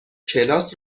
کلاس